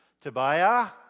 Tobiah